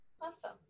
Awesome